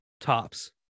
tops